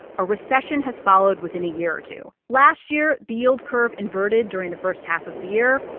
a recession has followed within a year or two. last year, the yield curve inverted during the first half of the year,